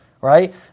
right